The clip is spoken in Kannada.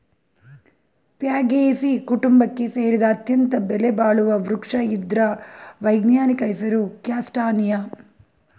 ಫ್ಯಾಗೇಸೀ ಕುಟುಂಬಕ್ಕೆ ಸೇರಿದ ಅತ್ಯಂತ ಬೆಲೆಬಾಳುವ ವೃಕ್ಷ ಇದ್ರ ವೈಜ್ಞಾನಿಕ ಹೆಸರು ಕ್ಯಾಸ್ಟಾನಿಯ